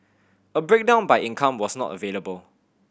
a breakdown by income was not available